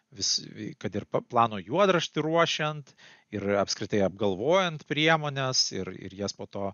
vis kad ir plano juodraštį ruošiant ir apskritai apgalvojant priemones ir ir jas po to